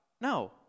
No